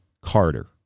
Carter